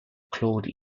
claude